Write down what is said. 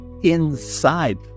inside